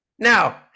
Now